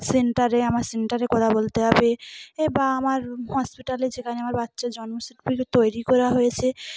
সেন্টারে আমার সেন্টারে কথা বলতে হবে এ বা আমার হসপিটালে যেখানে আমার বাচ্চার জন্ম সার্টিফিকেট তৈরি করা হয়েছে